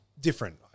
different